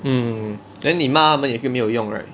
mm then 你骂他们也是没有用 right